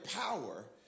power